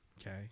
Okay